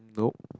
no